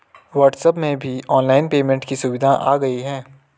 WhatsApp में भी online payment की सुविधा आ गई है